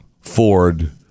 Ford